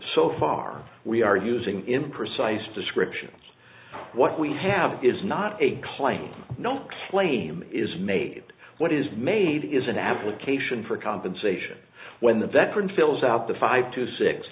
so far we are using imprecise descriptions what we have is not a claim no claim is made what is made is an application for compensation when the veteran fills out the five to six